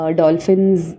dolphins